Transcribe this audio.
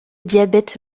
diabète